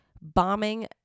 bombing